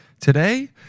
Today